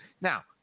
Now